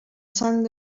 sant